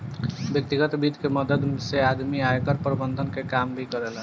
व्यतिगत वित्त के मदद से आदमी आयकर प्रबंधन के काम भी करेला